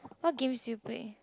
what games do you play